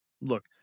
Look